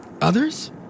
Others